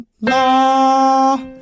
La